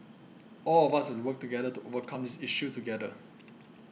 all of us have to work together to overcome this issue together